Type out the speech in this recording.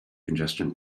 congestion